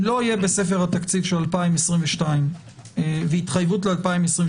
אם לא יהיה בספר התקציב של 2022 והתחייבות ל-2023